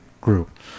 group